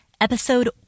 episode